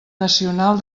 nacional